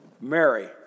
Mary